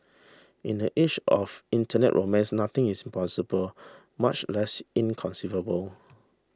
in the age of internet romance nothing is impossible much less inconceivable